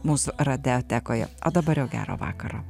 mūsų radiotekoje o dabar gero vakaro